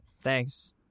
Thanks